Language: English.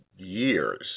Years